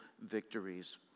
victories